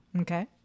Okay